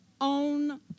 own